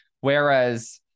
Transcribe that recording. Whereas